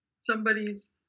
somebody's